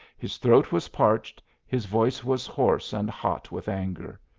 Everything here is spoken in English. his throat was parched, his voice was hoarse and hot with anger.